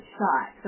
shot